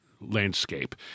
landscape